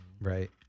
right